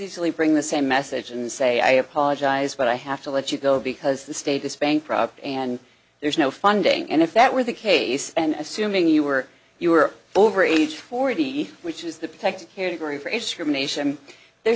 easily bring the same message and say i apologized but i have to let you go because the status bankrupt and there's no funding and if that were the case and assuming you were you were over age forty which is the